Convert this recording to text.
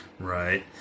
Right